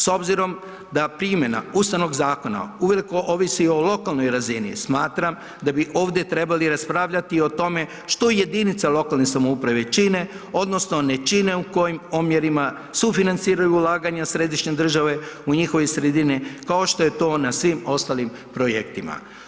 S obzirom da primjena Ustavnog zakona uveliko ovisi o lokalnoj razini smatram da bi ovde trebali raspravljati o tome što jedinice lokalne samouprave čine odnosno ne čine, u kojim omjerima sufinanciraju ulaganja središnje države u njihove sredine, kao što je to na svim ostalim projektima.